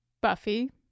Buffy